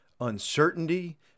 uncertainty